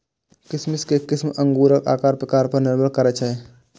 किशमिश के किस्म अंगूरक आकार प्रकार पर निर्भर करै छै